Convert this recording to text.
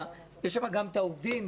יש שם גם את העובדים,